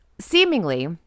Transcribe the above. seemingly